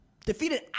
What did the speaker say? Defeated